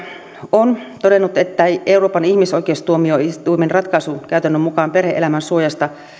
on todennut ettei euroopan ihmisoikeustuomioistuimen ratkaisukäytännön mukaan perhe elämän suojasta